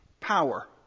Power